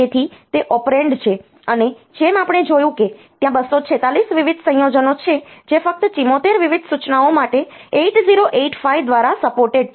તેથી તે ઓપરેન્ડ છે અને જેમ આપણે જોયું છે કે ત્યાં 246 વિવિધ સંયોજનો છે જે ફક્ત 74 વિવિધ સૂચનાઓ માટે 8085 દ્વારા સપોર્ટેડ છે